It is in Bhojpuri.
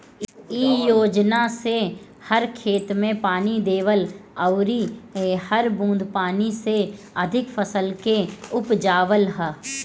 इ योजना से हर खेत में पानी देवल अउरी हर बूंद पानी से अधिका फसल के उपजावल ह